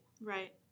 right